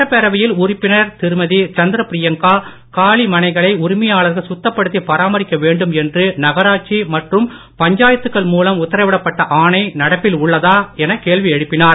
சட்டப் பேரவையில் உறுப்பினர் திருமதி சந்திர ப்ரியங்கா காலி மனைகளை உரிமையாளர்கள் சுத்தப்படுத்தி பராமரிக்க வேண்டும் என்று நகராட்சி மற்றும் பஞ்சாயத்துக்கள் மூலம் உத்தரவிடப்பட்ட ஆணை நடப்பில் உள்ளதா என கேள்வி எழுப்பினார்